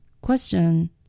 Question